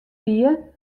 wie